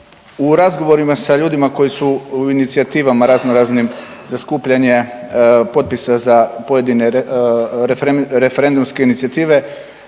U razgovorima sa ljudima koji su u inicijativama raznoraznim za skupljanje potpisa sa pojedine referendumske inicijative,